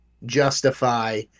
justify